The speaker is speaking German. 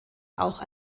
auch